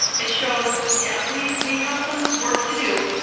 it shows, yeah, we we have some work to do,